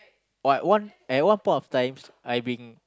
or at one at one point of times I being